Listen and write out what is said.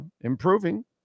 improving